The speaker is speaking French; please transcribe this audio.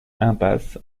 impasse